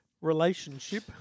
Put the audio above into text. relationship